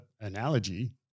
analogy